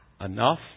Enough